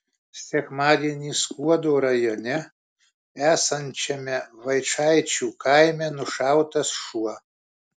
sekmadienį skuodo rajone esančiame vaičaičių kaime nušautas šuo